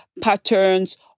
patterns